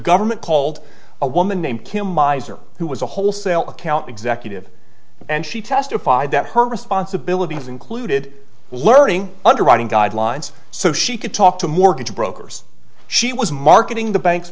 government called a woman named kim miser who was a wholesale account executive and she testified that her responsibilities included learning underwriting guidelines so she could talk to mortgage brokers she was marketing the bank